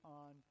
on